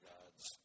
God's